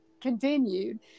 continued